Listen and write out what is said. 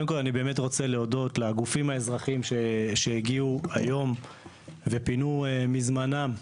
אני באמת רוצה להודות לגופים האזרחיים שהגיעו היום ופינו מזמנם,